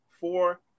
four